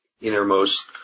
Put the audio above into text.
innermost